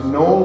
no